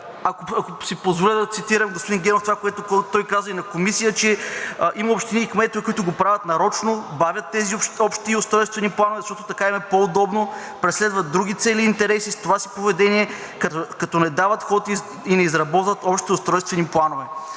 Ако си позволя да цитирам господин Генов, това, което той каза и на Комисията, че има общини и кметове, които го правят нарочно, бавят тези общи устройствени планове, защото така им е по-удобно, преследват други цели и интереси с това си поведение, като не дават ход и не изработват общи устройствени планове.